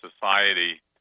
society